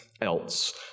else